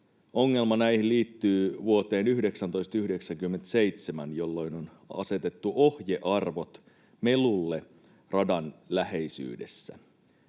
ongelma liittyy vuoteen 1997, jolloin on asetettu ohjearvot melulle radan läheisyydessä.